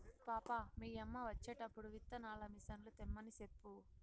పాపా, మీ యమ్మ వచ్చేటప్పుడు విత్తనాల మిసన్లు తెమ్మని సెప్పు